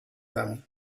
them